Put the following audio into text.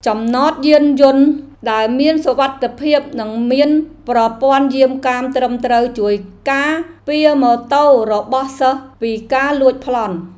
ចំណតយានយន្តដែលមានសុវត្ថិភាពនិងមានប្រព័ន្ធយាមកាមត្រឹមត្រូវជួយការពារម៉ូតូរបស់សិស្សពីការលួចប្លន់។